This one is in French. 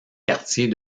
quartiers